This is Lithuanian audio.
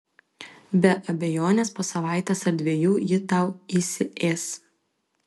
be abejonės po savaitės ar dviejų ji tau įsiės